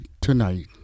tonight